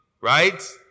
right